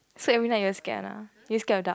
so everytime you're scared one ah you scared of dark